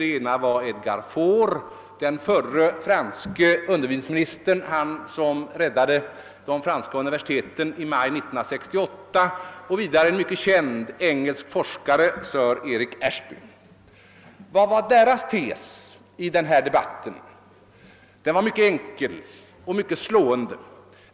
Den ene var Edgar Faure — förre franske utbildningsministern som räddade de franska universiteten i maj 1968. Den andre var en mycket känd engelsk forskare, sir Eric Ashby. Och vad var då deras tes i denna debatt? Jo, den var mycket enkel och mycket slående.